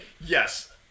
Yes